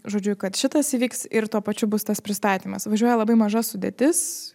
žodžiu kad šitas įvyks ir tuo pačiu bus tas pristatymas važiuoja labai maža sudėtis